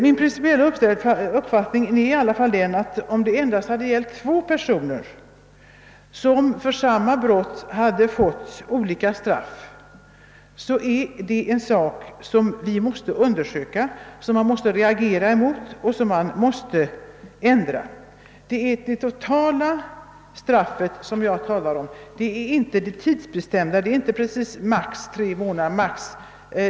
Min principiella uppfattning är, att även om det bara gällt två personer som fått olika straff för samma brott, så är det en sak som vi måste reagera mot och ändra på. Jag talar här om det totala straffet, inte om det tidsbestämda med ett visst antal månader.